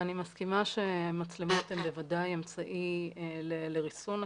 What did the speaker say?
אני מסכימה שמצלמות הן בוודאי אמצעי לריסון הכוח,